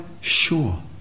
sure